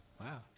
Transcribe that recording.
Wow